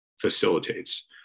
facilitates